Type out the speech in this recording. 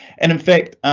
and in fact